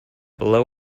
below